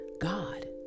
God